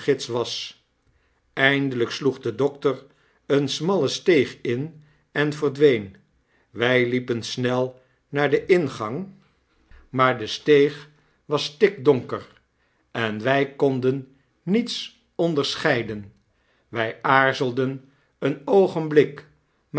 was eindelyk sloeg de dokter eene smalle steeg in en verdween wy liepen snel naar den ingang maar de steeg was stikdonker en wy konden niets onderscheided wy aarzelden een oogenblik